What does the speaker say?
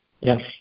Yes